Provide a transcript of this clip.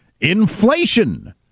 inflation